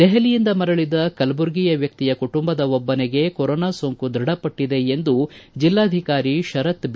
ದೆಹಲಿಯಿಂದ ಮರಳದ ಕಲ್ಪುರ್ಗಿಯ ವ್ಯಕ್ತಿಯ ಕುಟುಂಬದ ಒಬ್ಬನಿಗೆ ಕೊರೋನಾ ಸೋಂಕು ದೃಢಪಟ್ಟದೆ ಎಂದು ಜೆಲ್ಲಾಧಿಕಾರಿ ಶರತ್ ಬಿ